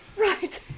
Right